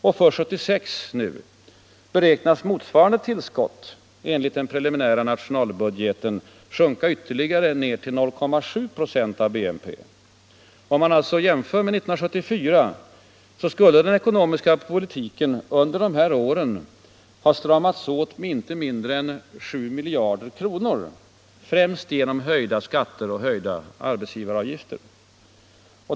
Och för 1976 beräknas motsvarande tillskott enligt den preliminära nationalbudgeten sjunka ytterligare ner till 0,7 96 av BNP. Om man jämför med 1974 har alltså den ekonomiska politiken under dessa år stramats åt med inte mindre än 7 miljarder kr. främst genom höjda skatter och höjda arbetsgivaravgifter.